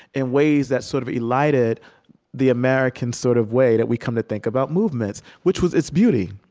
in ways that sort of elided the american sort of way that we've come to think about movements, which was its beauty.